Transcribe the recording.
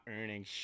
earning